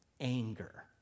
anger